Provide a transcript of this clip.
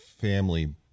family